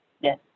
Yes